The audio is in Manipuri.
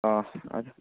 ꯑꯥ